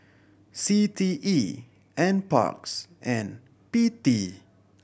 C T E Nparks and P T